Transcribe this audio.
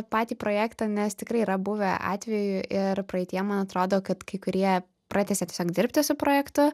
patį projektą nes tikrai yra buvę atvejų ir praeityje man atrodo kad kai kurie pratęsė tiesiog dirbti su projektu